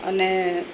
અને